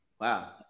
Wow